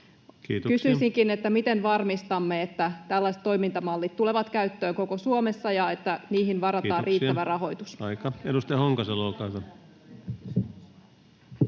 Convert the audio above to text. Kysyisinkin: miten varmistamme, että tällaiset toimintamallit tulevat käyttöön koko Suomessa ja että niihin varataan riittävä rahoitus? Edustaja Honkasalo, olkaa hyvä.